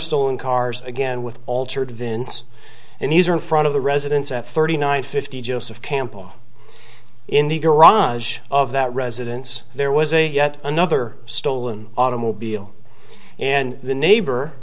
stolen cars again with altered vince and these are in front of the residence at thirty nine fifty joseph campbell in the garage of that residence there was a yet another stolen automobile and the